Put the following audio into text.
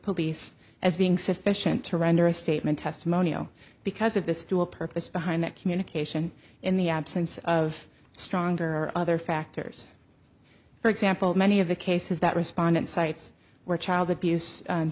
police as being sufficient to render a statement testimonial because of this dual purpose behind that communication in the absence of stronger or other factors for example many of the cases that respondent cites where child abuse